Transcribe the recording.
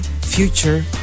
Future